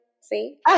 See